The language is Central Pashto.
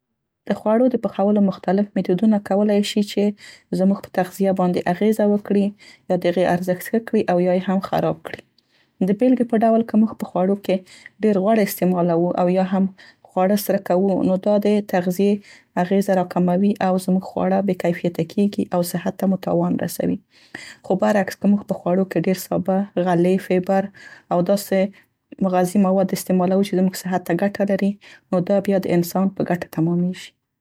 د خوړو د پخولو مختلف میتودونه کولای شي چې زموږ په تغذیه باندې اغیزه وکړي، یا د هغې ارزښت ښه کړي او یا یې هم خراب کړي. د بیلګې په ډول که موږ په خوړو کې ډیر غوړ استعمالوو او یا هم خواړه سره ، کوو، نو دا د تغذې اغیزه راکموي او زموږ خواړه بې کیفیته کیګي او صحت ته مو تاوان رسوي، خو برعکس که موږ په خوړو کې ډير سابه، غلې، فیبر او داسې مغذي مواد استعمالوي چې زموږ صحت ته ګټه لري نو دا بیا د انسان په ګټه تمامیږي.